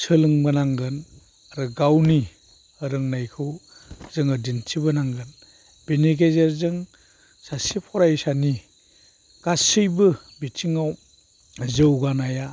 सोलोंबोनांगोन आरो गावनि रोंनायखौ जोङो दिन्थिबोनांगोन बेनि गेजेरजों सासे फरायसानि गासैबो बिथिङाव जौगानाया